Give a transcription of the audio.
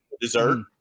dessert